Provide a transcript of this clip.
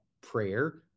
prayer